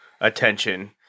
attention